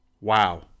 Wow